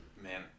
man